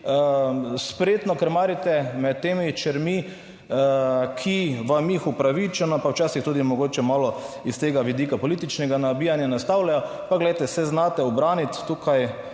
Spretno krmarite med temi čermi, ki vam jih upravičeno, pa včasih tudi mogoče malo iz tega vidika političnega nabijanja, nastavljajo, pa glejte, se znate ubraniti. Tukaj